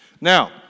Now